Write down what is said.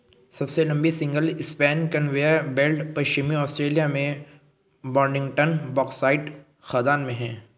सबसे लंबी single span conveyor belt पश्चिमी ऑस्ट्रेलिया में बोडिंगटन बॉक्साइट खदान में है